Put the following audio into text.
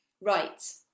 Right